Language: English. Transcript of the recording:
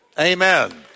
Amen